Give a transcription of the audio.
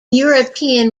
european